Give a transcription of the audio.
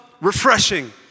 refreshing